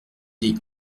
des